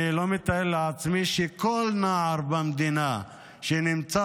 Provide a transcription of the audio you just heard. אני לא מתאר לעצמי שכל נער במדינה שנמצא